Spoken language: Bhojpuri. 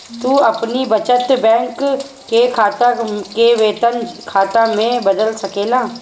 तू अपनी बचत बैंक के खाता के वेतन खाता में बदल सकेला